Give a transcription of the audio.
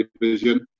Division